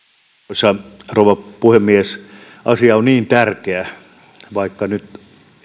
arvoisa rouva puhemies asia on niin tärkeä että vaikka nyt